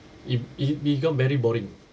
it it become very boring